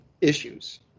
issues